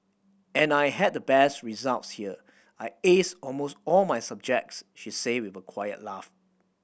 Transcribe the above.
and I had the best results here I aced almost all my subjects she says with a quiet laugh